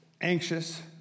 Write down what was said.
anxious